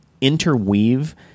interweave